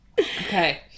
Okay